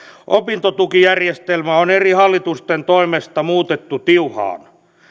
opintotukijärjestelmää on eri hallitusten toimesta muutettu tiuhaan